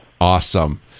Awesome